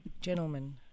Gentlemen